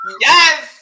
yes